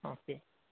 okay